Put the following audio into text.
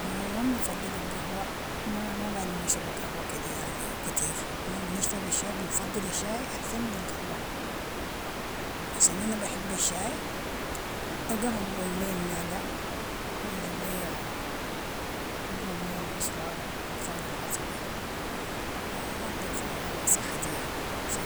ما مبنفضل القهوة، نحن ما قاعدين نشرب القهوة كدي يعني كتير، نحن بنشرب الشاي، بنفضل الشاي احسن من القهوة، عشان انا بحب الشاي، القهوة بقوم لي المعدة، بجيب لي بقوم لي المصران، المصران العصبي، ما بتنفع معاي مع صحتي يعني، عشان